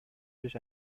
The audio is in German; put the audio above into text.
durch